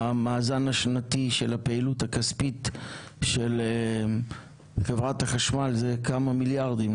המאזן השנתי של הפעילות הכספית של חברת החשמל זה כמה מיליארדים,